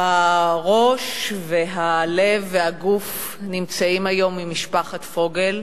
הראש והלב והגוף נמצאים היום עם משפחת פוגל,